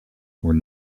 were